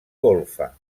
golfa